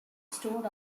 stored